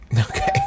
Okay